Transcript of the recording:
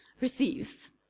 receives